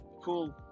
Cool